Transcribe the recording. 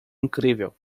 incrível